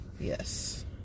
Yes